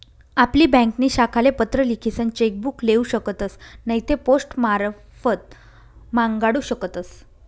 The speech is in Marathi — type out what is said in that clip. आपली ब्यांकनी शाखाले पत्र लिखीसन चेक बुक लेऊ शकतस नैते पोस्टमारफत मांगाडू शकतस